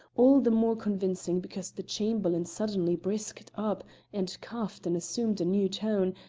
all the more convincing because the chamberlain suddenly brisked up and coughed and assumed a new tone,